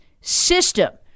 system